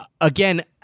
Again